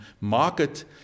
market